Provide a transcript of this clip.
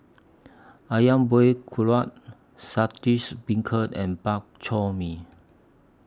Ayam Buah Keluak Saltish Beancurd and Bak Chor Mee